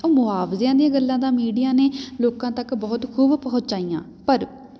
ਉਹ ਮੁਆਵਜ਼ਿਆਂ ਦੀਆਂ ਗੱਲਾਂ ਤਾਂ ਮੀਡੀਆ ਨੇ ਲੋਕਾਂ ਤੱਕ ਬਹੁਤ ਖੂਬ ਪਹੁੰਚਾਈਆਂ ਪਰ